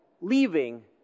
leaving